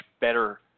better